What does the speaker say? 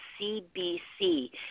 CBC